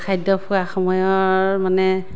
খাদ্য খোৱা সময়ৰ মানে